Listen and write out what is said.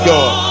God